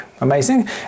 amazing